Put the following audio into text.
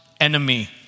enemy